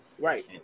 right